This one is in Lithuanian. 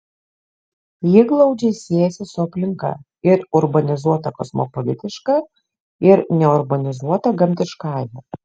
ji glaudžiai siejasi su aplinka ir urbanizuota kosmopolitiška ir neurbanizuota gamtiškąja